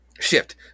Shift